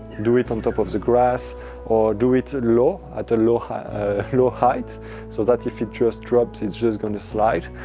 do it on top of the grass or do it low, at a low height low height so that if it just drops, it's just going to slide,